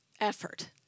effort